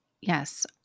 Yes